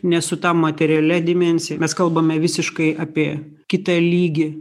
ne su ta materialia dimensija mes kalbame visiškai apie kitą lygį